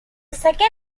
second